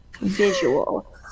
Visual